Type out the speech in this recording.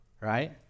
right